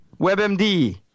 WebMD